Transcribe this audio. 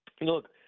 look